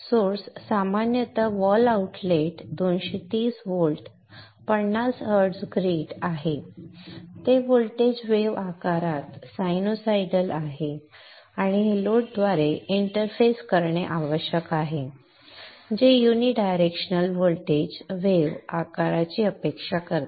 source सामान्यतः wall outlet 230 volt 50 hertz grid आहे ते व्होल्टेज वेव्ह आकारात साइनसॉइडल आहे आणि हे लोडद्वारे इंटरफेस करणे आवश्यक आहे जे युनी डायरेक्शनल व्होल्टेज वेव्ह आकाराची अपेक्षा करते